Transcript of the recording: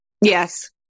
Yes